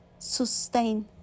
Sustain